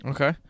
Okay